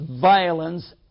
violence